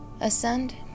ascend